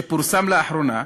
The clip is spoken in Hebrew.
שפורסם לאחרונה,